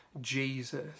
Jesus